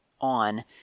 on